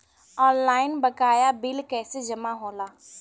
Online बकाया bill कैसे जमा होला?